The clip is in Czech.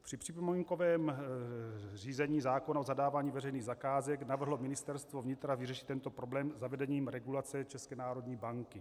Při připomínkovém řízení zákona o zadávání veřejných zakázek navrhlo Ministerstvo vnitra vyřešit tento problém zavedením regulace České národní banky.